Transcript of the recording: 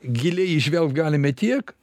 giliai įžvelgt galime tiek